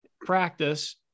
practice